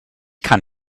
kann